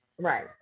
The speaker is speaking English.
Right